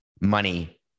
money